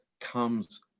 comes